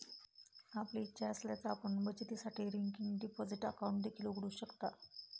आपली इच्छा असल्यास आपण आपल्या बचतीसाठी रिकरिंग डिपॉझिट अकाउंट देखील उघडू शकता